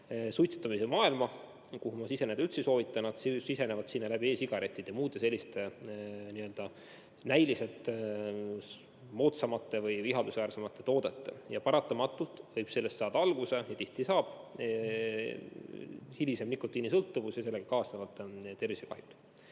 suitsetamise maailma – kuhu ma siseneda üldse ei soovita – läbi e-sigarettide ja muude selliste näiliselt moodsamate või ihaldusväärsemate toodete. Ja paratamatult võib sellest saada alguse ja tihti saabki hilisem nikotiinisõltuvus, millega kaasnevad tervisekahjud.